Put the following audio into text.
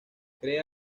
crea